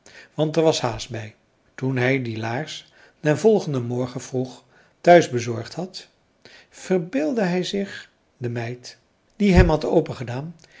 want er was haast bij toen hij die laars den volgenden morgen vroeg thuis bezorgd had verbeeldde hij zich de meid die hem had opengedaan